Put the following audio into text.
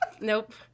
nope